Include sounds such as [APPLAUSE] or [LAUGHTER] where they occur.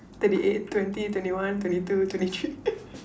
thirty eight twenty twenty one twenty two twenty three [LAUGHS]